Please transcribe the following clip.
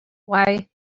why